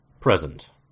Present